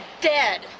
dead